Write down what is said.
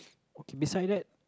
okay beside that